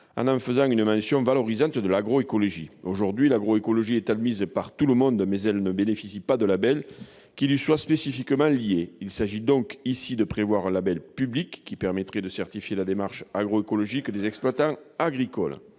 en en faisant une mention valorisante de l'agroécologie. Aujourd'hui, alors même que celle-ci est admise par tout le monde, elle ne bénéficie pas d'un label qui lui soit spécifique. Il s'agit par conséquent de prévoir un label public qui permettrait de certifier la démarche agroécologique des exploitants agricoles.